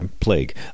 plague